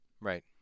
Right